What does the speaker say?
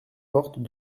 porte